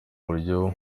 buryo